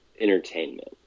entertainment